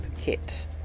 kit